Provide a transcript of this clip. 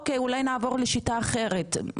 אוקיי אולי נעבור לשיטה אחרת.